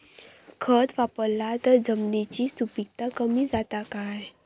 खत वापरला तर जमिनीची सुपीकता कमी जाता काय?